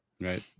Right